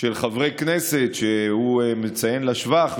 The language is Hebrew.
של חברי כנסת שהוא מציין לשבח,